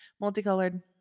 Multicolored